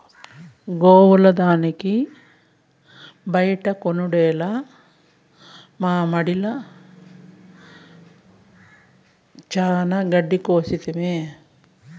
గోవుల దానికి బైట కొనుడేల మామడిల చానా గెడ్డి కోసితిమి